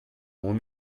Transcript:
homem